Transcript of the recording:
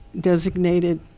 designated